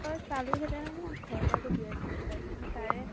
নহয় চালোঁহেতেন এয়া ঘৰতে আকৌ বিয়া এখন ওলালে নহয় তাৰে